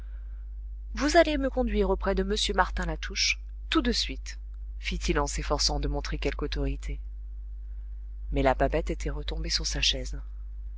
vous allez me conduire auprès de m martin latouche tout de suite fit-il en s'efforçant de montrer quelque autorité mais la babette était retombée sur sa chaise